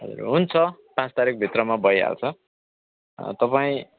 हुन्छ पाँच तारिकभित्रमा भइहाल्छ तपाईँ